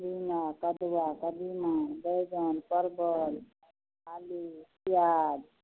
झिङ्गा कदुआ कदीमा बैगन परवल अल्लू पिआज